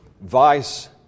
vice